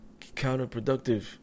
counterproductive